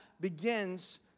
begins